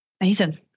Amazing